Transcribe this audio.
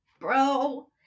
bro